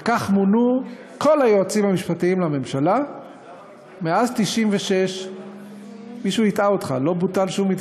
וכך מונו כל היועצים המשפטיים לממשלה מאז 1996. אז למה המתווה בוטל?